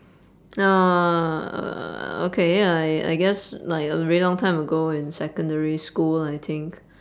uh okay I I guess like a very long time ago in secondary school I think